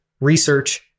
research